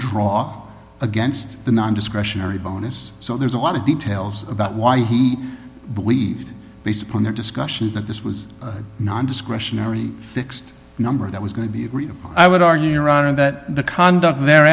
draw against the non discretionary bonus so there's a lot of details about why he believed based upon their discussions that this was nondiscretionary fixed number that was going to be i would argue your honor that the conduct the